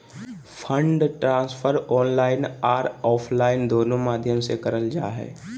fund transfer online आर offline दोनों माध्यम से करल जा हय